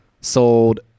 sold